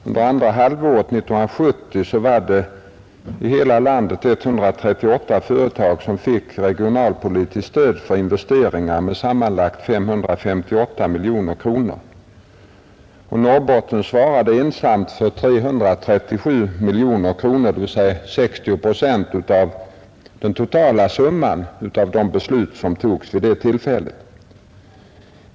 Under andra halvåret 1970 var det i hela landet 138 företag som fick regionalpolitiskt stöd för investeringar på sammanlagt 558 miljoner kronor, och Norrbotten svarade ensamt för 337 miljoner kronor, dvs. 60 procent av den totala summan.